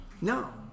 No